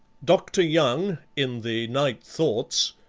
dr. young, in the night thoughts,